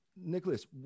Nicholas